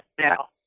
Now